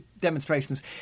demonstrations